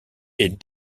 est